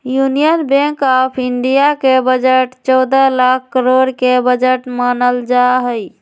union bank of India के budget चौदह लाख करोड के बजट मानल जाहई